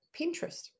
Pinterest